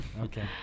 okay